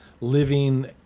living